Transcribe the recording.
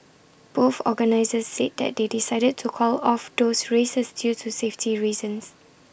both organisers said that they decided to call off those races due to safety reasons